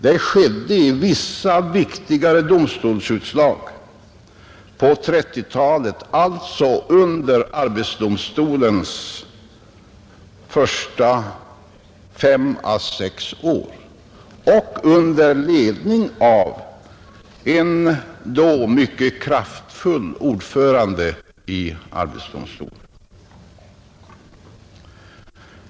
Det skedde i vissa viktigare domstolsutslag på 1930-talet, alltså under arbetsdomstolens första fem å sex år, under ledning av en mycket kraftfull ordförande.